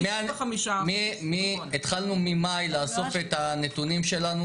95%. התחלנו ממאי לאסוף את הנתונים שלנו